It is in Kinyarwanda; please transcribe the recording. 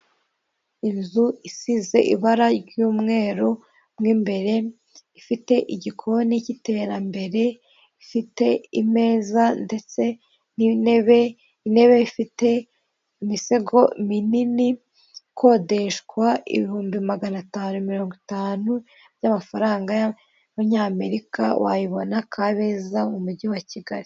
Inzu isize ibara ry'umweru mo imbere, ifite igikoni cy'iterambere, ifite imeza ndetse n'intebe, intebe ifite imisego minini, ikodeshwa ibihumbi magana atanu mirongo itanu, by'amafaranga y'amanyamerika, wayibona Kabeza, mu mujyi wa Kigali.